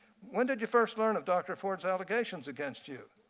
when did you first learn of dr. ford's allegations against you?